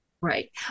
Right